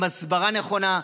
עם הסברה נכונה,